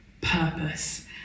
purpose